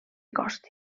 costi